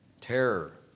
terror